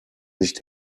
nicht